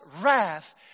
wrath